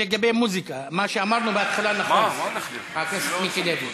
מה שאמרנו בהתחלה נכון, חבר הכנסת מיקי לוי.